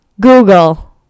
Google